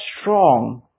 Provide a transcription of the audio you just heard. strong